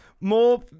more